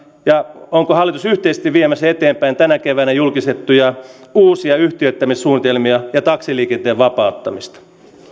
ja onko hallitus yhtenäisesti viemässä eteenpäin tänä keväänä julkistettuja uusia yhtiöittämissuunnitelmia ja taksiliikenteen vapauttamista